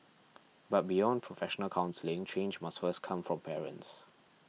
but beyond professional counselling change must first come from parents